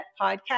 podcast